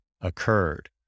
occurred